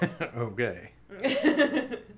Okay